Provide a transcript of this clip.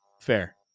Fair